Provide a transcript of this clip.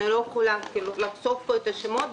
אני לא יכולה לחשוף פה את השמות.